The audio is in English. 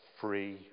free